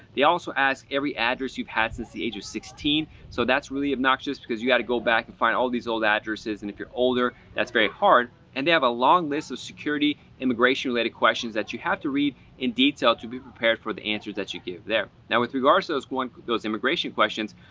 they also ask every address you've had since the age of sixteen. so that's really obnoxious because you have to go back and find all these old addresses, and if you're older that's very hard. and they have a long list of security immigration related questions that you have to read in detail to be prepared for the answers that you give there. now with regards to and those immigration questions,